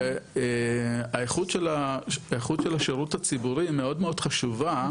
והאיכות של השירות הציבורי מאוד מאוד חשובה,